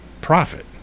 profit